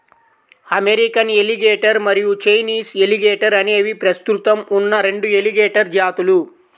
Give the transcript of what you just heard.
American alligator మరియు Chinese alligator అనేవి ప్రస్తుతం ఉన్న రెండు ఎలిగేటర్ జాతులు